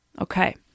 Okay